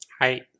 hi